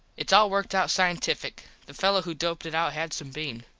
its all worked out cientifick. the fello who doped it out had some bean.